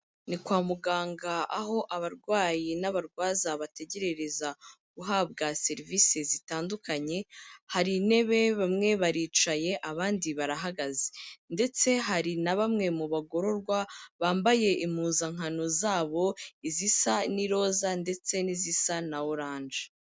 Ni kwa muganga aho abarwayi n'abarwaza bategereza guhabwa serivisi zitandukanye, hari intebe bamwe baricaye abandi barahagaze ndetse hari na bamwe mu bagororwa bambaye impuzankano zabo, izisa n'iroza ndetse n'izisa na oranje.